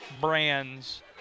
brands